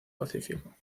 pacífico